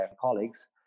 colleagues